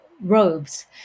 robes